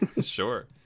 Sure